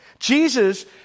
Jesus